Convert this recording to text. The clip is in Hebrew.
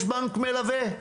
יש בנק מלווה,